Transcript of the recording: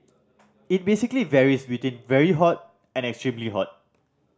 it basically varies between very hot and extremely hot